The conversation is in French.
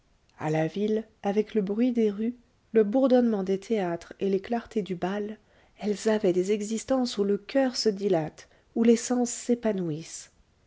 à la ville avec le bruit des rues le bourdonnement des théâtres et les clartés du bal elles avaient des existences où le coeur se dilate où les sens s'épanouissent